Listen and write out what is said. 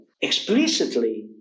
explicitly